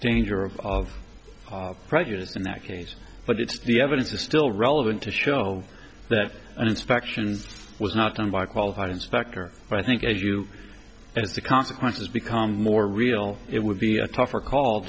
danger of prejudice in that case but it's the evidence is still relevant to show that an inspection was not done by a qualified inspector but i think as you as the consequences become more real it would be a tougher call